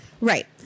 right